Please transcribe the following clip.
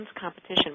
competition